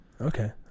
Okay